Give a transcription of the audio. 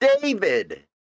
David